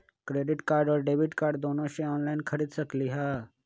Credit card और debit card दोनों से ऑनलाइन खरीद सकली ह?